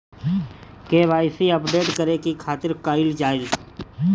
KYC update करे के खातिर का कइल जाइ?